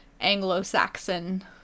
Anglo-Saxon